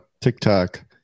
TikTok